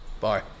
Bye